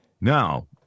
Now